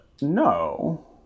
no